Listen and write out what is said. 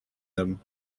them